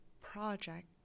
project